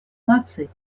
наций